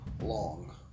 long